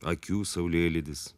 akių saulėlydis